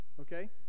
Okay